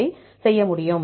அதை செய்ய முடியும்